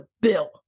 bill